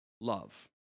love